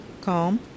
Calm